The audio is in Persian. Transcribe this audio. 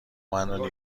منو